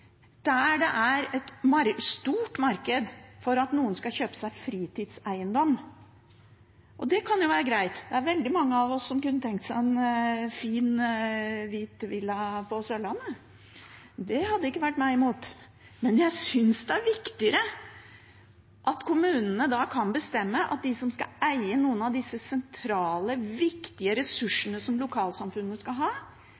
det er et stort marked for at noen skal kjøpe seg fritidseiendom. Og det kan jo være greit – det er veldig mange av oss som kunne tenke seg en fin, hvit villa på Sørlandet, det hadde ikke vært meg imot. Men jeg synes det er viktigere at kommunene kan bestemme når det gjelder dem som skal eie noen av disse sentrale, viktige